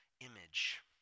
image